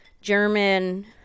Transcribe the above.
German